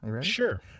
sure